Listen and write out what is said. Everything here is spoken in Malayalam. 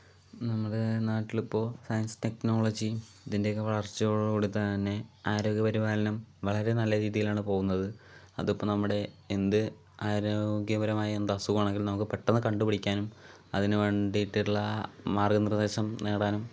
നമ്മുടെ നാട്ടിലിപ്പോൾ സയൻസ് ടെക്നോളജി അതിൻ്റെയൊക്കെ വളർച്ചയോടുകൂടി തന്നെ ആരോഗ്യ പരിപാലനം വളരെ നല്ല രീതിയിലാണ് പോകുന്നത് അതിപ്പോൾ നമ്മുടെ എന്ത് ആരോഗ്യപരമായ എന്തസുഖമാണെങ്കിലും നമുക്ക് പെട്ടെന്ന് കണ്ടുപിടിക്കാനും അതിനു വേണ്ടിയിട്ടുള്ള മാർഗ്ഗ നിർദ്ദേശം നേടാനും